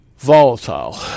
Volatile